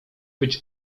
być